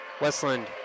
Westland